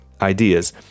ideas